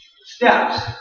steps